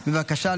בבקשה.